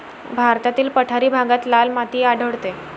भारतातील पठारी भागात लाल माती आढळते